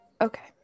Okay